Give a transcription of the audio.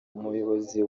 umuyobozi